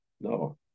No